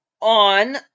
on